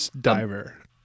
diver